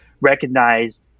recognize